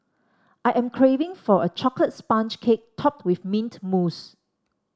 I am craving for a chocolate sponge cake topped with mint mousse